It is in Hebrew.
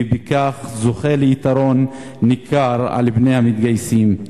ובכך זוכה ליתרון ניכר על פני המתגייסים.